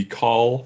call